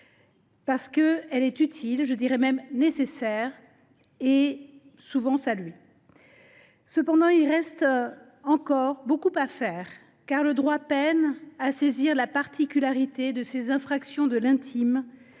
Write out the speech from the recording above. parce qu’elle est utile, nécessaire, même, et souvent saluée. Cependant, il reste encore beaucoup à faire, car le droit peine à saisir la particularité de ces infractions de l’intime.